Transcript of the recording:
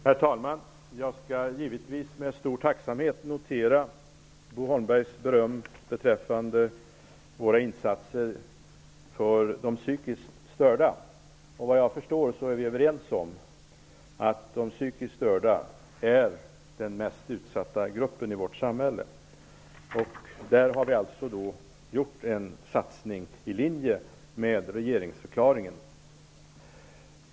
Herr talman! Jag noterar givetvis med stor tacksamhet Bo Holmbergs beröm beträffande våra insatser för de psykiskt störda. Såvitt jag förstår, är vi överens om att de psykiskt störda är den mest utsatta gruppen i vårt samhälle. Där har vi alltså gjort en satsning i linje med regeringsförklaringen.